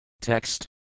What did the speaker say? Text